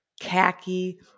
khaki